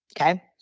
Okay